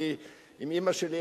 אם אמא שלי,